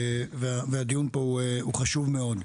והדיון פה הוא חשוב מאוד.